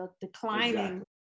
declining